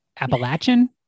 Appalachian